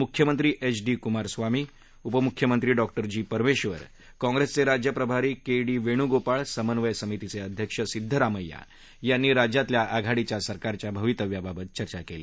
मुख्यमंत्री H D Kumaraswamy उपमुख्यमंत्री doctor G Parameshwara काँग्रेसचे राज्य प्रभारी के डी वेणूगोपाळ समन्वय समितीचे अध्यक्ष सिद्धरामय्या यांनी राज्यातल्या आघाडीच्या सरकारच्या भवितव्याबाबत चर्चा केली